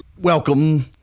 Welcome